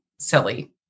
silly